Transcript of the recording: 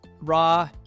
raw